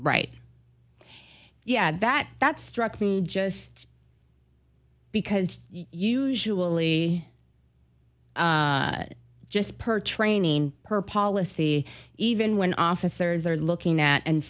right yeah that that struck me just because usually just per training per policy even when officers are looking at and